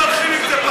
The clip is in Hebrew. אדוני.